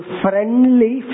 friendly